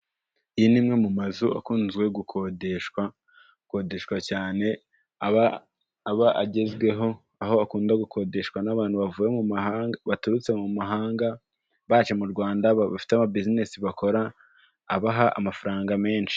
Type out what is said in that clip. Iyi ni imwe mu mazu akunze gukodeshwa, gukodeshwa cyane aba, aba agezweho, aho akunda gukodeshwa n'abantu bavuye, baturutse mu mahanga baje mu Rwanda, bafite amabizinesi bakora abaha amafaranga menshi.